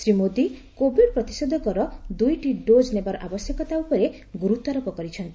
Shri Modi Covid ପ୍ରତିଷେଧକର ଦୁଇଟି dose ନେବାର ଆବଶ୍ୟକତା ଉପରେ ଗୁରୁତ୍ୱ ଆରୋପ କରିଛନ୍ତି